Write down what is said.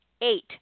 eight